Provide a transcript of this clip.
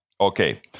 Okay